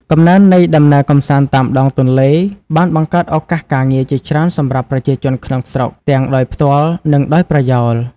កំណើននៃដំណើរកម្សាន្តតាមដងទន្លេ បានបង្កើតឱកាសការងារជាច្រើនសម្រាប់ប្រជាជនក្នុងស្រុក ទាំងដោយផ្ទាល់ និងដោយប្រយោល។